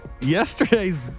Yesterday's